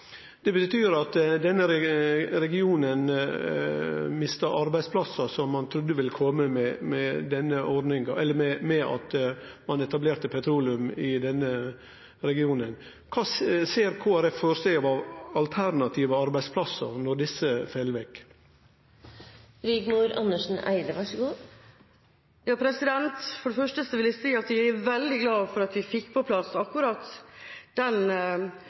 betyr at denne regionen mistar arbeidsplassar ein trudde ville kome ved at ein etablerte petroleum der. Kva ser Kristeleg Folkeparti føre seg av alternative arbeidsplassar når desse fell vekk? For det første vil jeg si at jeg er veldig glad for at vi fikk på plass akkurat den